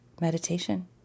meditation